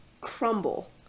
crumble